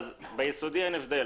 ביסודי אין הבדל